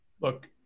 look